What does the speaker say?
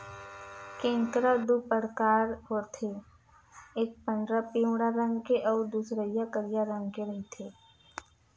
केंकरा दू परकार होथे एक पंडरा पिंवरा रंग के अउ दूसरइया करिया रंग के रहिथे